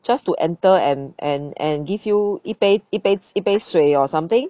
just to enter and and and give you 一杯一杯一杯水 or something